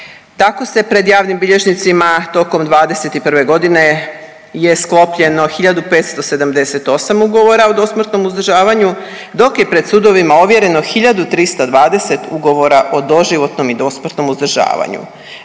Tako se pred javnim bilježnicima tokom '21.g. je sklopljeno 1.578 ugovora o dosmrtnom uzdržavanju, dok je pred sudovima ovjereno 1.320 ugovora o doživotnom i dosmrtnom uzdržavanju.